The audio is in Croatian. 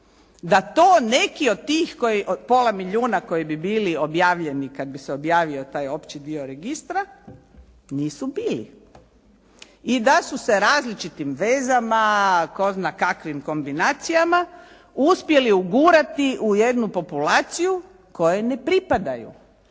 da to neki od tih, od pola milijuna koji bi bili objavljeni kad bi se objavio taj opći dio registra nisu bili i da su se različitim vezama, tko zna kakvim kombinacijama uspjeli ugurati u jednu populaciju kojoj ne pripadaju,